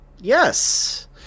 yes